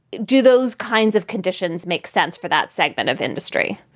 do those kinds of conditions make sense for that segment of industry?